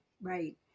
Right